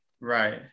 Right